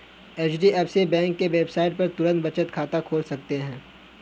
HDFC bank के website पर तुरंत बचत खाता खोल सकते है